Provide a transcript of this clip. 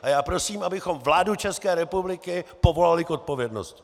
A já prosím, abychom vládu České republiky povolali k odpovědnosti!